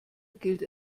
gilt